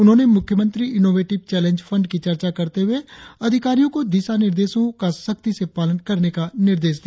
उन्होंने मुख्यमंत्री innovative challenge fund की चर्चा करते हुए अधिकारियों को दिशा निर्देशों का सख्ती से पालन करने का निर्देश दिया